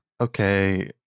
Okay